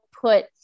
put